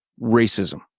racism